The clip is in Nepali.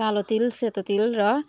कालो तिल सेतो तिल र